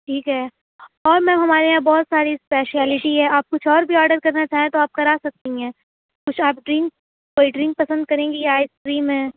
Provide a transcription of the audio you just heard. ٹھیک ہے اور میم ہمارے یہاں بہت سارے اسپیشیلیٹی ہے آپ کچھ اور بھی آڈر کرنا چاہیں تو آپ کرا سکتی ہیں سافٹ ڈرنک کولڈ ڈرنک پسند کریں گی یا آئس کریم ہے